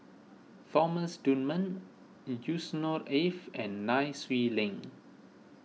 Thomas Dunman Yusnor Ef and Nai Swee Leng